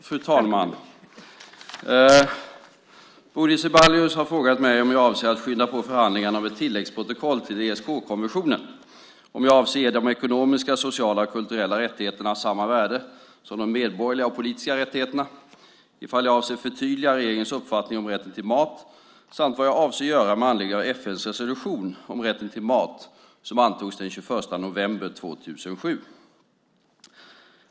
Fru talman! Bodil Ceballos har frågat mig om jag avser att skynda på förhandlingarna om ett tilläggsprotokoll till ESK-konventionen, om jag avser att ge de ekonomiska, sociala och kulturella rättigheterna samma värde som de medborgerliga och politiska rättigheterna, ifall jag avser att förtydliga regeringens uppfattning om rätten till mat samt vad jag avser att göra med anledning av FN:s resolution om rätten till mat som antogs den 21 november 2007.